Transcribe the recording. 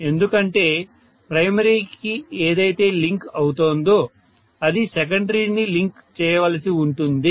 ఎందుకంటే ప్రైమరీకి ఏదైతే లింక్ అవుతోందో అది సెకండరీని లింక్ చేయవలసి ఉంటుంది